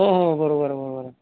हो हो बरोबर बरोबर